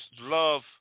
love